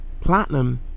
Platinum